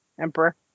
emperor